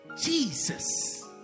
Jesus